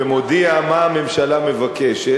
ומודיע מה הממשלה מבקשת.